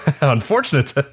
unfortunate